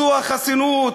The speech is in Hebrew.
זו החסינות.